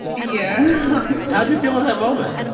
yeah how did you feel in that moment?